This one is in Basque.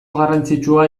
garrantzitsua